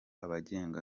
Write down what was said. abagenga